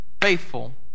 faithful